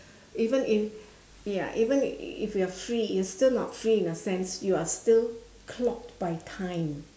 even if ya even if you are free you still not free in a sense you are still clocked by time